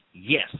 Yes